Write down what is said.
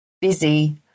busy